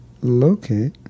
locate